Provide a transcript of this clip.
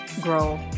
grow